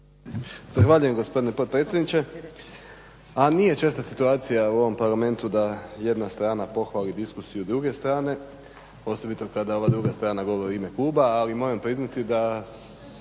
Zahvaljujem gospodine potpredsjedniče. A nije česta situacija u ovom Parlamentu da jedna strana pohvali diskusiju druge strane, osobito kada ova strana govori u ime kluba, ali moramo priznati i